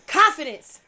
confidence